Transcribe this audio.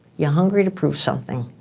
you're hungry to prove something.